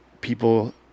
people